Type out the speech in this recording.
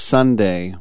Sunday